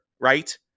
Right